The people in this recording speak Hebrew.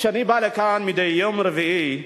כשאני בא לכאן מדי יום רביעי,